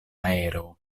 aero